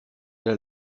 der